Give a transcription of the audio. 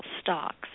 stocks